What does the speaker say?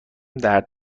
درد